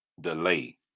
delay